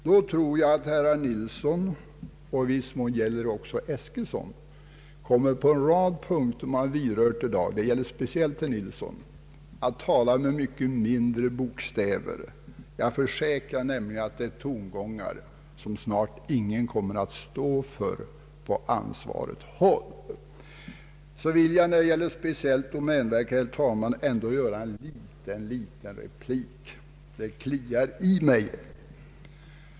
Då tror jag att särskilt herr Nilsson men i viss mån även herr Eskilsson på en rad punkter som har vidrörts i dag kommer att tala med mycket mindre bokstäver. Jag försäkrar nämligen att det är tongångar som snart ingen kommer att stå för på ansvarigt håll. När det gäller domänverket vill jag ändå, herr talman, framföra en kort replik — det kliar i mig.